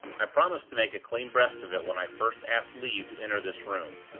i promised to make a clean breast of it when i first asked leave to enter this room.